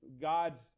God's